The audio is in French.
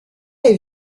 est